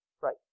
Right